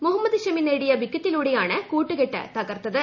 മുഹമ്മദ് ഷമി നേടിയ വിക്കറ്റിലൂടെയാണ് കൂട്ടുകെട്ട് തക്ടർത്തത്